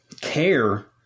care